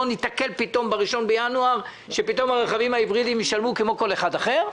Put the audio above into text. ניתקל ב-1 בינואר בכך שפתאום הרכבים ההיברידיים ישלמו כמו כל אחד אחר.